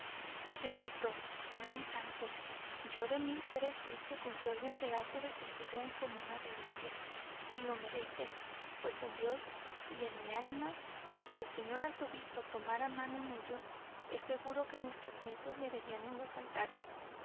pobrecito era un santo yo de mí sé decir que conservo un pedazo de su jubón como una reliquia y lo merece pues en dios y en mi ánima que si el señor arzobispo tomara mano en ello es seguro que nuestros nietos le verían en los altares